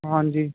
ਹਾਂਜੀ